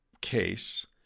case